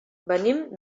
venim